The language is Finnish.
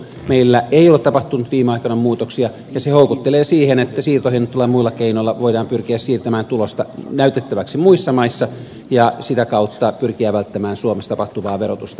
meillä ei ole tapahtunut viime aikoina muutoksia ja se houkuttelee siihen että siirtohinnoittelulla ja muilla keinoilla voidaan pyrkiä siirtämään tulosta näytettäväksi muissa maissa ja sitä kautta pyrkiä välttämään suomessa tapahtuvaa verotusta